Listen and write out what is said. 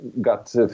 got